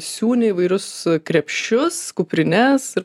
siūni įvairius krepšius kuprines ir